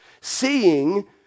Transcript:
seeing